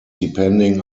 depending